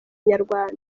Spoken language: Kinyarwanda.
nyarwanda